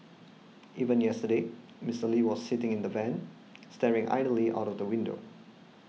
even yesterday Mister Lee was seen sitting in the van staring idly out of the window